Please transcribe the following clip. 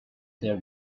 their